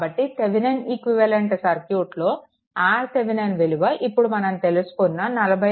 కాబట్టి Thevenin equivalent సర్క్యూట్లో RThevenin విలువ ఇప్పుడు మనం తెలుసుకున్న 40